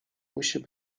musi